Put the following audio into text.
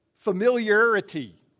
familiarity